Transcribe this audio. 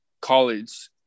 college